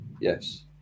yes